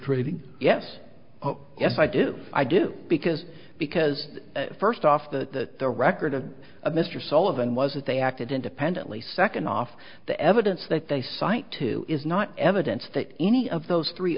trading yes yes i do i do because because first off the record of a mr sullivan was that they acted independently second off the evidence that they cite two is not evidence that any of those three